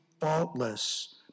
faultless